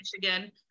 Michigan